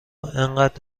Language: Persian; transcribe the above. انقد